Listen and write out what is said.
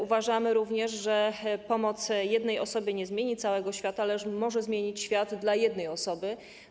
Uważamy również, że pomoc jednej osobie nie zmieni całego świata, lecz może zmienić świat dla jednej osoby.